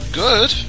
good